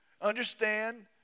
understand